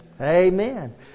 Amen